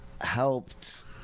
helped